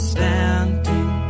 Standing